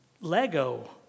Lego